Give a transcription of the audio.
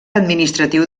administratiu